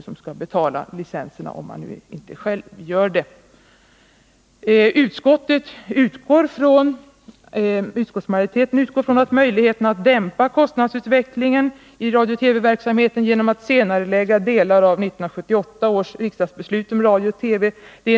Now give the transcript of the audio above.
Utskottsmajoriteten utgår från att regeringen i nuvarande ekonomiska läge har sin uppmärksamhet riktad på möjligheterna att dämpa kostnadsutvecklingen i radio TV.